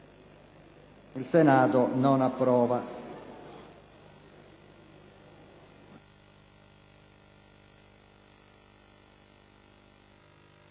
**Il Senato non approva.**